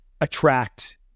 attract